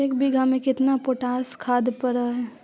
एक बिघा में केतना पोटास खाद पड़ है?